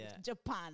Japan